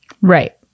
Right